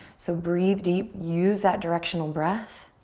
so breathe deep. use that directional breath.